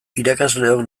irakasleok